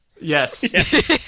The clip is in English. Yes